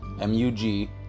M-U-G